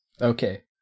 okay